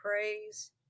praise